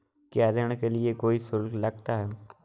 क्या ऋण के लिए कोई शुल्क लगता है?